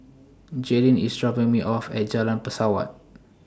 Jaylin IS dropping Me off At Jalan Pesawat